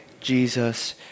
Jesus